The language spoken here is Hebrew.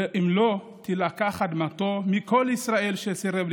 ואם לא תילקח אדמתו של כל מי מישראל שסירב.